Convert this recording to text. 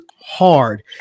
hard